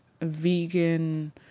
vegan